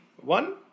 one